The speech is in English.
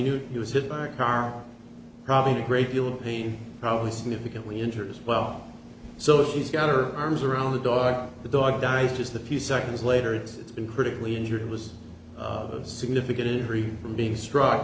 knew he was hit by a car probably a great deal of pain probably significantly enters well so if she's got her arms around the dog the dog died just a few seconds later it's been critically injured was a significant injury from being struck